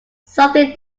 something